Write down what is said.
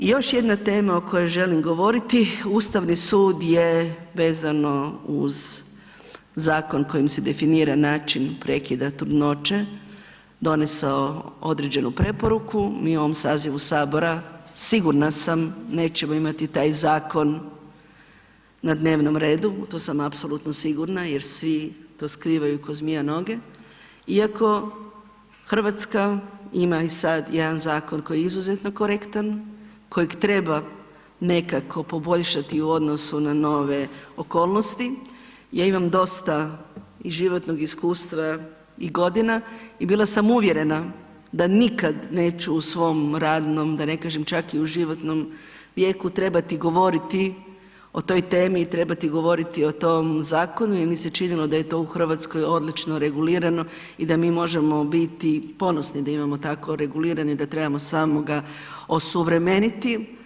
I još jedna tema o kojoj želim govoriti, Ustavni sud je vezano uz zakon kojim se definira način prekida trudnoće donesao određenu preporuku, mi u ovom sazivu HS sigurna sam nećemo imati taj zakon na dnevnom redu, tu sam apsolutno sigurna jer svi to skrivaju ko zmija noge, iako RH ima i sad jedan zakon koji je izuzetno korektan, kojeg treba nekako poboljšati u odnosu na nove okolnosti ja imam dosta i životnog iskustva i godina i bila sam uvjerena da nikada neću u svoj radnom da ne kažem čak i u životnom vijeku trebati govoriti o toj temi i trebati govoriti o tom zakonu jer mi se činilo da je to u Hrvatskoj odlično regulirano i da mi možemo biti ponosni da imamo tako regulirano i da trebamo ga samo osuvremeniti.